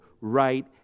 right